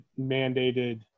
mandated